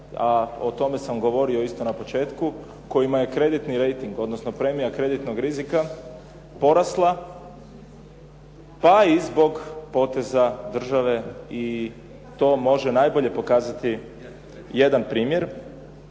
a o tome sam govori isto na početku kojima je kreditni rejting, odnosno premija kreditnog rizika porasla, pa i zbog poteza države i to može najbolje pokazati jedan primjer.